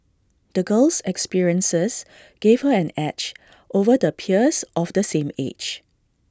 the girl's experiences gave her an edge over the peers of the same age